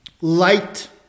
light